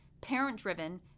parent-driven